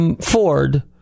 Ford